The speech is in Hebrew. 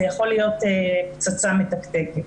זה יכול להיות פצצה מתקתקת.